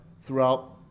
throughout